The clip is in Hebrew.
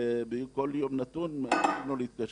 בכל יום נתון, יתנו לו להתקשר.